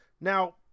Now